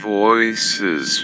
voices